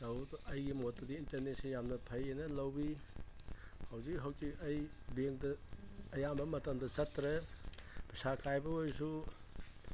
ꯑꯩꯒꯤ ꯃꯣꯠꯇꯗꯤ ꯏꯟꯇꯔꯅꯦꯠꯁꯤ ꯌꯥꯝꯅ ꯐꯩꯅ ꯂꯧꯏ ꯍꯧꯖꯤꯛ ꯍꯧꯖꯤꯛ ꯑꯩ ꯕꯦꯡꯇ ꯑꯌꯥꯝꯕ ꯃꯇꯝꯗ ꯆꯠꯇ꯭ꯔꯦ ꯄꯩꯁꯥ ꯀꯥꯏꯕ ꯑꯣꯏꯁꯨ